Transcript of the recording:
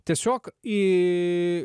tiesiog į